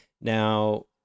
Now